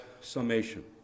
summation